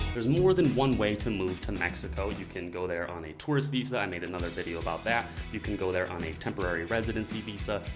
there's more than one way to move to mexico. you can go there on a tourist visa. i made another video about that. you can go there on a temporary residency visa.